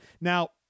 Now